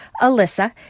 Alyssa